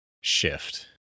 shift